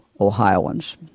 Ohioans